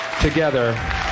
together